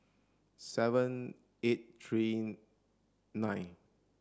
seven eight three nine